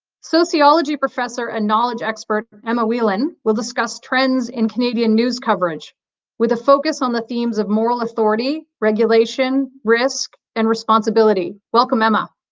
sociology professor and knowledge expert emma whelan will discuss trends in canadian news coverage with a focus on the themes of moral authority, regulation, risk and responsibility. welcome emma.